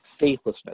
faithlessness